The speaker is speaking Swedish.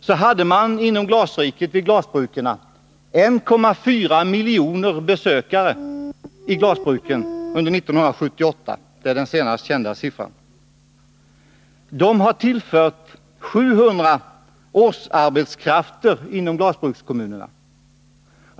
Man hade 1,4 miljoner besökare vid glasbruken under 1978. Det är den senast kända siffran. Turismen har tillfört 700 årsarbetskrafter inom glasbrukskommunerna.